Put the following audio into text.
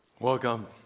Welcome